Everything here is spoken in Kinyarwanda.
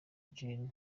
gen